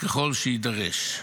ככל שיידרש.